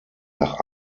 nach